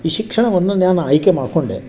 ಈ ಶಿಕ್ಷಣವನ್ನು ನಾನು ಆಯ್ಕೆ ಮಾಡಿಕೊಂಡೆ